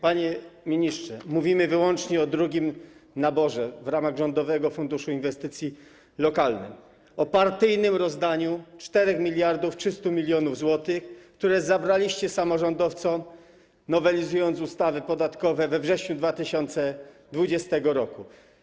Panie ministrze, mówimy wyłącznie o drugim naborze w ramach Rządowego Funduszu Inwestycji Lokalnych, o partyjnym rozdaniu 4300 mln zł, które zabraliście samorządowcom, nowelizując ustawy podatkowe we wrześniu 2020 r.